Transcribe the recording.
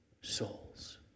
souls